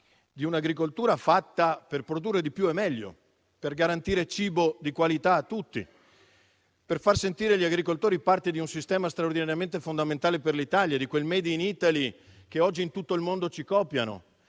di un'agricoltura fatta per produrre di più e meglio, per garantire cibo di qualità a tutti, per far sentire gli agricoltori parte di un sistema straordinariamente fondamentale per l'Italia, di quel *made in Italy* che oggi tutto il mondo ci copia,